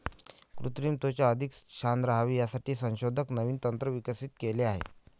कृत्रिम त्वचा अधिक छान राहावी यासाठी संशोधक नवीन तंत्र विकसित केले आहे